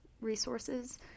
resources